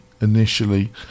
initially